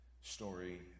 story